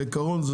בעיקרון,